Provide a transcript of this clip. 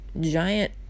giant